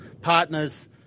partners